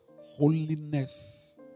holiness